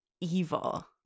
evil